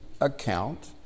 account